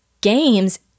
games